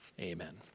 Amen